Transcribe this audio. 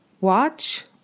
watch